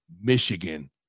Michigan